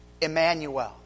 Emmanuel